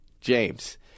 James